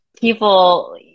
people